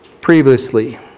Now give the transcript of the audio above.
previously